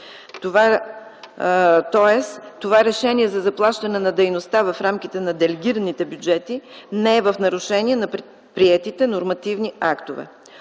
това решение за заплащане на дейността в рамките на делегираните бюджети не е в нарушение на приетите нормативни актове.